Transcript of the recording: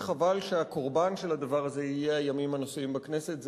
שחבל שהקורבן של הדבר הזה יהיה הימים הנושאיים בכנסת.